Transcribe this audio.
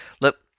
look